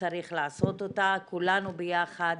שצריך לעשות אותה, כולנו ביחד,